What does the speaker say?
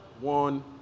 one